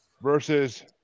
versus